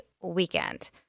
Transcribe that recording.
weekend